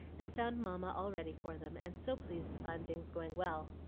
and found mamma all ready for them, and so pleased to find things going well.